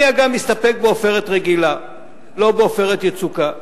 אני, אגב, מסתפק בעופרת רגילה, לא בעופרת יצוקה.